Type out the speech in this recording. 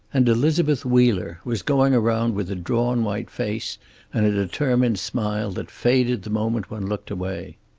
and elizabeth wheeler was going around with a drawn white face and a determined smile that faded the moment one looked away.